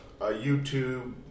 YouTube